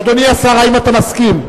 אדוני השר, האם אתה מסכים?